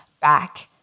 back